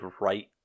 right